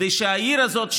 כדי שהעיר הזאת,